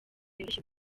yoroshya